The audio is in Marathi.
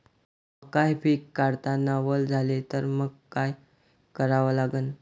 मका हे पिक काढतांना वल झाले तर मंग काय करावं लागन?